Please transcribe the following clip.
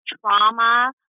trauma